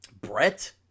Brett